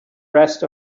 rest